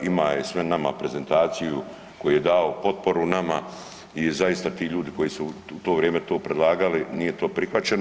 Imao je sve, nama prezentaciju koju je dao potporu nama i zaista ti ljudi koji su u to vrijeme to predlagali nije to prihvaćeno.